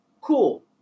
cool